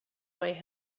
way